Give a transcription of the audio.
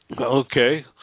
Okay